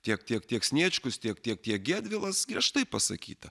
tiek tiek tiek sniečkus tiek tiek tie gedvilas griežtai pasakyta